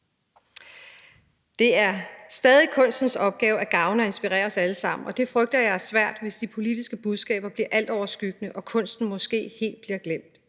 Det er stadig kunstens opgave at gavne og inspirere os alle sammen, og det frygter jeg er svært, hvis de politiske budskaber bliver altoverskyggende og kunsten måske helt bliver glemt.